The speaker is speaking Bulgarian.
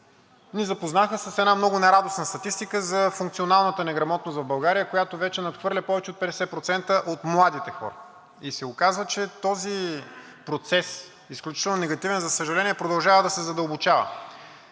ни запознаха с една много нерадостна статистика за функционалната неграмотност в България, която вече надхвърля повече от 50% от младите хора! Оказва се, че този процес, изключително негативен, за съжаление, продължава да се задълбочава,